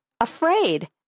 afraid